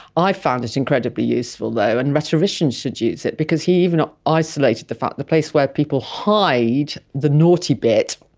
i found it incredibly useful though and rhetoricians should use it because he even ah isolated the fact that the place where people hide the naughty bit,